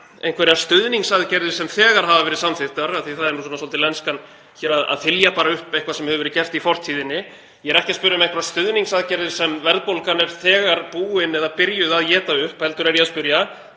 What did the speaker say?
einhverjar stuðningsaðgerðir sem þegar hafa verið samþykktar, af því að það er nú svolítið lenskan hér að þylja upp eitthvað sem hefur verið gert í fortíðinni, ég er ekki að spyrja um einhverjar stuðningsaðgerðir sem verðbólgan er þegar búin eða byrjuð að éta upp. Ég er að spyrja: